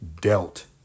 dealt